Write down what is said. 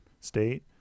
State